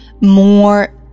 more